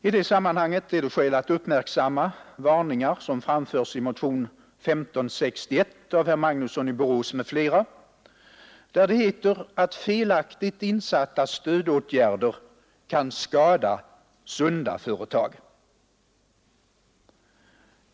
I det sammanhanget är det skäl att uppmärksamma varningar som framförs i motionen 1561 av herr Magnusson i Borås m.fl., där det heter att felaktigt insatta stödåtgärder kan skada sunda företag.